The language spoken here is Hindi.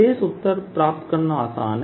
शेष उत्तर प्राप्त करना आसान है